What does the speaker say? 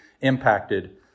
impacted